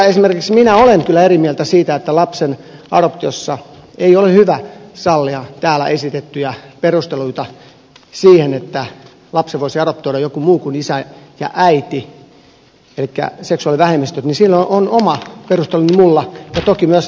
esimerkiksi minä olen kyllä sitä mieltä että lapsen adoptiossa ei ole hyvä sallia täällä esitettyjä perusteluita sille että lapsen voisi adoptoida joku muu kuin isä ja äiti elikkä seksuaalivähemmistöt ja sille on minulla omat perusteluni ja toki myös niillä jotka ovat eri mieltä